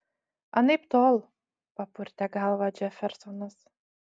anaiptol papurtė galvą džefersonas